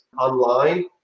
online